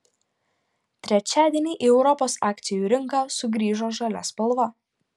trečiadienį į europos akcijų rinką sugrįžo žalia spalva